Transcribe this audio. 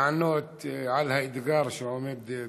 לענות על האתגר שעומד בפניך,